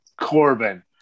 corbin